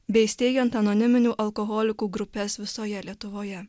bei steigiant anoniminių alkoholikų grupes visoje lietuvoje